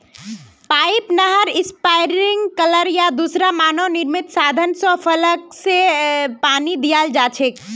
pipe, नहर, sprinkler या दूसरा मानव निर्मित साधन स फसलके पानी दियाल जा छेक